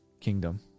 kingdom